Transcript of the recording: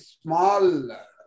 small